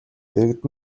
дэргэд